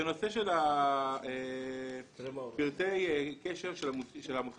בנושא של פרטי הקשר של המוסד